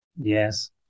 Yes